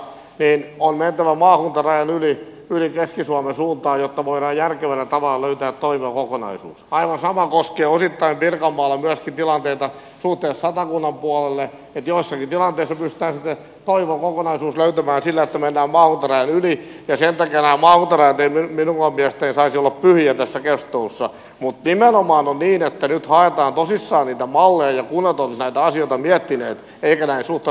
viime vuonna dora valtaväyliä käsky suomen suuntaan jotta voimme järkevällä tavalla ja toivvohan on aivan sama koskee osittain pirkanmaalla myöskin tilanteita puutteessa kadulle kuolee jos yli tuhat esitystä ja toivovan vanhan löytyvän sillä meillä on valtaväylien toiselta ja varmalta veteen vilvoviestejä saisi olla pyhiä tässä jos tulossa muutimme lomaan on piirtänyt vaan tosissaan rintamalle ja kun auto näitä asioita miettineet eikä vaisulta